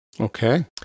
Okay